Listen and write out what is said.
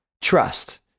trust